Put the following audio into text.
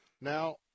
Now